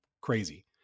crazy